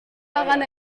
daran